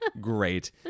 Great